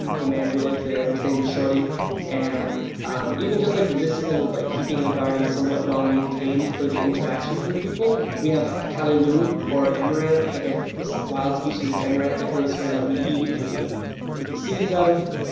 the man who lives there his name is shorty and even just like the discipline of like keeping a garden somewhat well maintained for the interaction for people. we have calaloo or amaranth like a wild species of amaranth that grows here that we eat and we keep the seeds of,